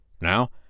Now